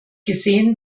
gesehen